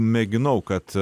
mėginau kad